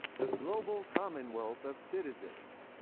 the global commonwealth of citizens.